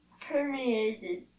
permeated